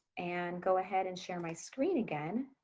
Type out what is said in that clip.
and go ahead and share my screen again.